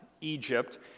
Egypt